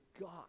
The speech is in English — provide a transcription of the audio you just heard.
God